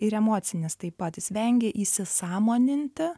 ir emocinis taip pat jis vengė įsisąmoninti